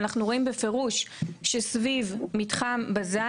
אבל אנחנו רואים בפירוש שסביב מתחם בזן,